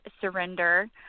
surrender